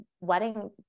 wedding